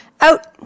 out